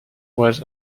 was